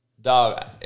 Dog